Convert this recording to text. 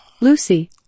Lucy